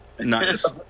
Nice